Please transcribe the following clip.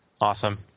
Awesome